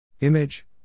Image